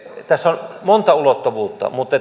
tässä on monta ulottuvuutta mutta